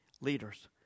leaders